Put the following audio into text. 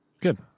good